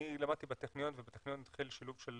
אני למדתי בטכניון ובטכניון התחיל שילוב של